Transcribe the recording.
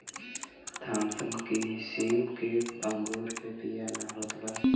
Thompson किसिम के अंगूर मे बिया ना होत बा